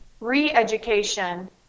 re-education